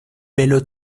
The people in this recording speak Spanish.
velo